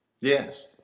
Yes